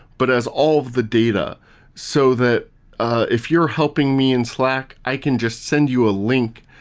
but as all of the data so that ah if you're helping me in slack, i can just send you a link.